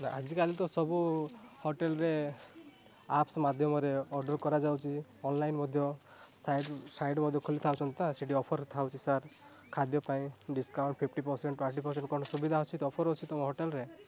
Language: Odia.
ନାଁ ଆଜିକାଲି ତ ସବୁ ହୋଟେଲ୍ରେ ଆପସ୍ ମାଧ୍ୟମରେ ଅର୍ଡ଼ର କରାଯାଉଛି ଅନଲାଇନ୍ ମଧ୍ୟ ସାଇଡ଼୍ ସାଇଡ଼୍ ମଧ୍ୟ ଖୋଲିଥାଉଛନ୍ତି ତା ସେଠି ଅଫର୍ ଥାଉଛି ସାର୍ ଖାଦ୍ୟ ପାଇଁ discount fifty percent twenty percent କ'ଣ ସୁବିଧା ଅଛି ତ ଅଫର୍ ଅଛି ତମ ହୋଟେଲ୍ରେ